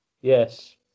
Yes